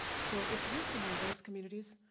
so, if you're from one of those communities,